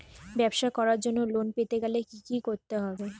ব্যবসা করার জন্য লোন পেতে গেলে কি কি করতে হবে?